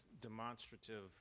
demonstrative